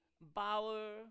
Bauer